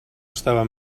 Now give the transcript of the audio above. estava